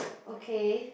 okay